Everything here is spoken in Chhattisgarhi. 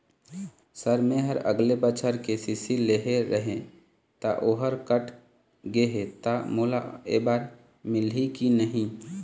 सर मेहर अगले बछर के.सी.सी लेहे रहें ता ओहर कट गे हे ता मोला एबारी मिलही की नहीं?